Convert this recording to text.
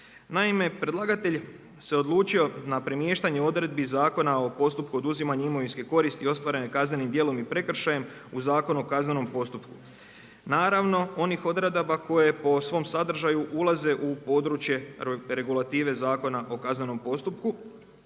Naime, predlagatelj se odlučio na premještanje odredbi Zakona o postupku oduzimanja imovinske koristi ostvarene kaznenim djelom i prekršajem u Zakonu o kaznenom postupku, naravno onih odredaba koje po svom sadržaju ulaze u područje regulative Zakona o kaznenom postupku.